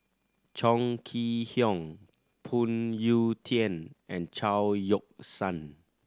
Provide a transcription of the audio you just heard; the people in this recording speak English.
Chong Kee Hiong Phoon Yew Tien and Chao Yoke San